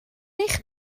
eich